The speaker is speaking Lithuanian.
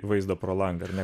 vaizdą pro langą ar ne